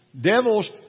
Devils